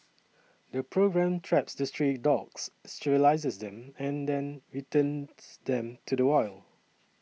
the programme traps the stray dogs sterilises them then returns them to the wild